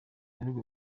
bihugu